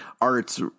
Art's